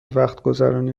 وقتگذرانی